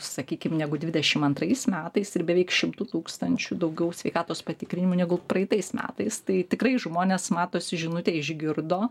sakykim negu dvidešimt antrais metais ir beveik šimtu tūkstančių daugiau sveikatos patikrinimų negu praeitais metais tai tikrai žmonės matosi žinutę išgirdo